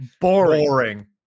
Boring